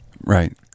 right